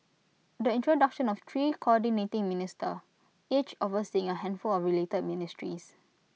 the introduction of three Coordinating Minister each overseeing A handful of related ministries